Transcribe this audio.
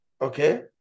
okay